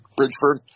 Bridgeford